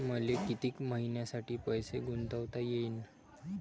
मले कितीक मईन्यासाठी पैसे गुंतवता येईन?